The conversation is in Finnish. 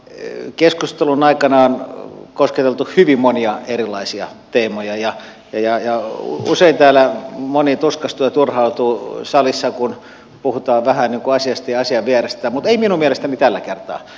tässä keskustelun aikana on kosketeltu hyvin monia erilaisia teemoja ja usein täällä moni tuskastuu ja turhautuu salissa kun puhutaan vähän asiasta ja asian vierestä mutta ei minun mielestäni tällä kertaa